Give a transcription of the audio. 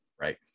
Right